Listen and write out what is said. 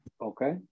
Okay